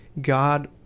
God